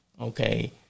okay